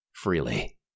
Freely